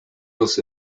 also